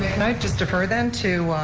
can i just defer then to,